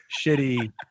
shitty